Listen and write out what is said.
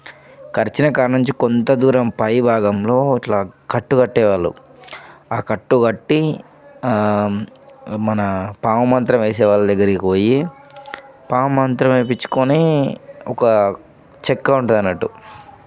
కరిచిన కాడ నుంచి కొంత దూరం పై భాగంలో ఇట్లా కట్టు కట్టేవాళ్ళు ఆ కట్టు కట్టి మన పాము మంత్రం వేసే వాళ్ళ దగ్గరికి పోయి పాము మంత్రం వేయించుకొని ఒక చెక్క ఉంటుంది అన్నట్టు